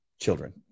children